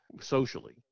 socially